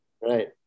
Right